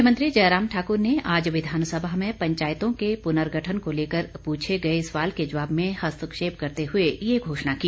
मुख्यमंत्री जयराम ठाकुर ने आज विधानसभा में पंचायतों के पुनर्गठन को लेकर पूछे गए सवाल के जवाब में हस्तक्षेप करते हुए ये घोषणा की